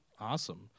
Awesome